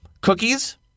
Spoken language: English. cookies